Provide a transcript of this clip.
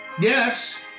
Yes